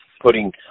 putting